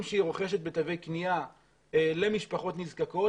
שהיא רוכשת בתווי קנייה למשפחות נזקקות.